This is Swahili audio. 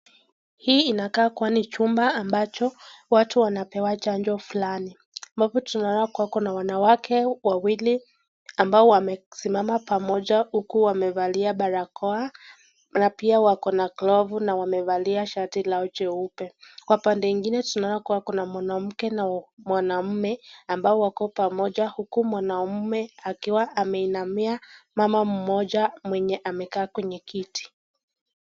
Hii inakaa kuwa ni chumba ambacho watu wanapewa chanjo fulani, ambapo tunaona kuwa wanawake wawili ambao wamesimama pamoja uku wamevalia barakoa, na pia wako na glovu na wamevalia shati lao jeupe. Kwa pande ingine tunaona kuwa kuna mwanamke na mwanaume ambao wako pamoja uku mwanaume akiwa ameinamia mama mmoja mwenye amekaa kwenye kiti.